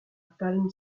palm